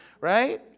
right